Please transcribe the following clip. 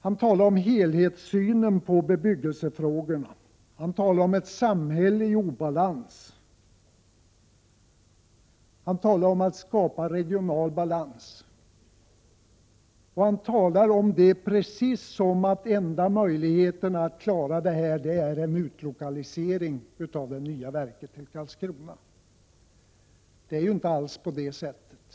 Han talade om helhetssynen på bebyggelsefrågorna, han talade om ett samhälle i obalans, och han talade om att skapa regional balans. Han talade om detta som om enda möjligheten att lösa de problemen vore en utlokalisering till Karlskrona av det nya verket. Det är inte alls på det sättet.